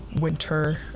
winter